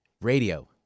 radio